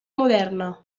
moderna